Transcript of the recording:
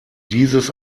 dieses